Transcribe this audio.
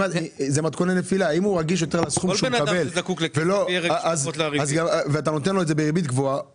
אם הוא רגיש לסכום שהוא יקבל ואתה נותן לו את זה בריבית גבוהה,